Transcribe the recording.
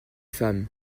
femme